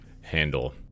handle